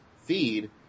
feed